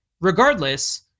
Regardless